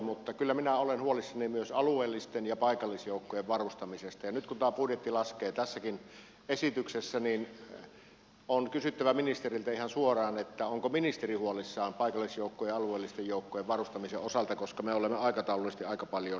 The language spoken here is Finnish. mutta kyllä minä olen huolissani myös alueellisten ja paikallisjoukkojen varustamisesta ja nyt kun tämä budjetti laskee tässäkin esityksessä on kysyttävä ministeriltä ihan suoraan onko ministeri huolissaan paikallisjoukkojen ja alueellisten joukkojen varustamisen osalta koska me olemme aikataulullisesti aika paljon jäljessä